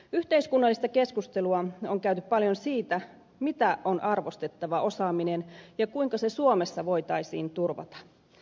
yhteiskunnallista keskustelua on käyty paljon siitä mitä on arvostettava osaaminen ja kuinka se suomessa voitaisiin turvata